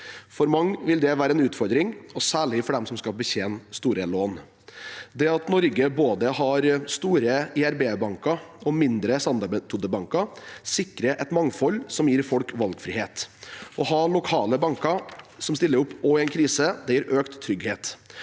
For mange vil det være en utfordring, og særlig for dem som skal betjene store lån. Det at Norge både har store IRB-banker og mindre standardmetodebanker, sikrer et mangfold som gir folk valgfrihet. Å ha lokale banker som stiller opp også i en krise, gir økt trygghet.